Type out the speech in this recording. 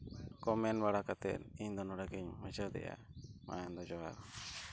ᱠᱚ ᱢᱮᱱ ᱵᱟᱲᱟ ᱠᱟᱛᱮᱫ ᱤᱧ ᱫᱚ ᱱᱚᱰᱮ ᱜᱮᱧ ᱢᱩᱪᱟᱹᱫᱮᱜᱼᱟ ᱢᱟ ᱮᱱ ᱫᱚ ᱡᱚᱸᱦᱟᱨ